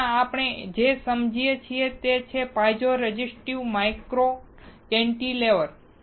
હમણાં આપણે જે સમજીએ છીએ તે છે પાઇઝો રેઝિસ્ટિવ માઇક્રો કેન્ટિલેવર